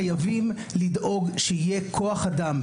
חייבים לדאוג שיהיה כוח אדם,